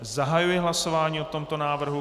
Zahajuji hlasování o tomto návrhu.